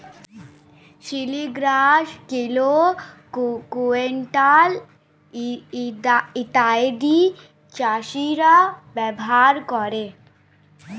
milligram, kilo, quintal ইত্যাদি চাষীরা ব্যবহার করে